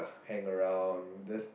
hang around just